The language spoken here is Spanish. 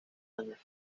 años